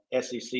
SEC